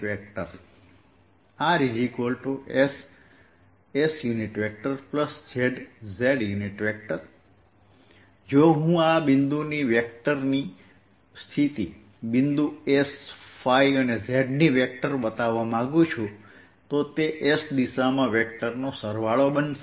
scosϕ xsinϕ y ϕ sinϕ xcosϕ y zz જો હું આ બિંદુની વેક્ટરની સ્થિતિ બિંદુ S ϕ અને Z વેક્ટર બતાવવા માંગું છું તો તે S દિશામાં વેક્ટરનો સરવાળો બનશે